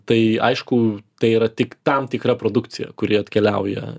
tai aišku tai yra tik tam tikra produkcija kuri atkeliauja